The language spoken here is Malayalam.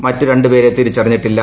മറ്റു ക്ട്രണ്ടുപേരെ തിരിച്ചറിഞ്ഞിട്ടില്ല